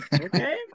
okay